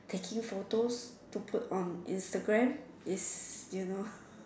taking photos to put on Instagram it's you know